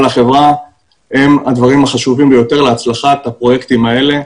החברה הם הדברים החשובים ביותר להצלחת הפרויקטים האלה.